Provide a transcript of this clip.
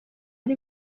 ari